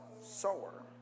sower